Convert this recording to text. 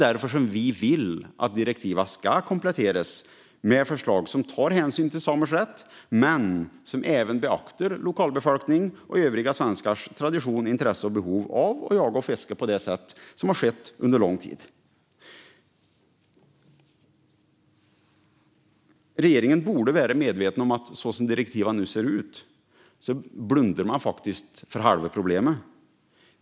Därför vill vi att direktiven ska kompletteras med förslag som tar hänsyn till samers rätt men även beaktar lokalbefolkningens och övriga svenskars tradition, intresse och behov när det gäller att jaga och fiska på det sätt som skett under lång tid. Regeringen borde vara medveten om att som direktiven nu ser ut blundar man för halva problemet.